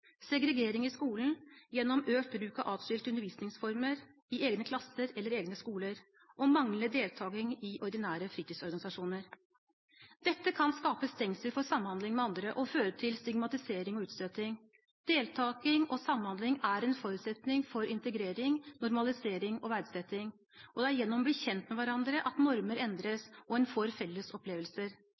segregering i skolen gjennom økt bruk av adskilte undervisningsformer i egne klasser eller skoler manglende deltaking i ordinære fritidsorganisasjoner Dette kan skape stengsler for samhandling med andre og føre til stigmatisering og utstøting. Deltaking og samhandling er en forutsetning for integrering, normalisering og verdsetting. Det er gjennom å bli kjent med hverandre at normer endres og en får felles opplevelser.